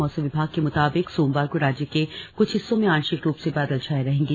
मौसम विभाग के मुताबिक सोमवार को राज्य के कुछ हिस्सों में आंशिक रूप से बादल छाये रहेंगे